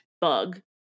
bug